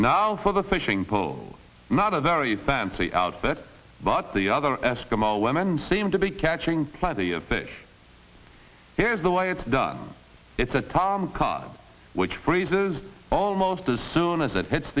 now for the fishing pole not a very fancy out that but the other eskimo women seem to be catching plenty of fish here is the way it's done it's a town car which freezes almost as soon as it hits